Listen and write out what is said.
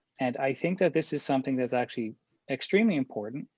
and i think that this is something that's actually extremely important.